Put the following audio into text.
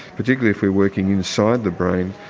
particularly if we're working inside the brain,